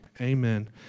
Amen